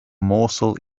morsel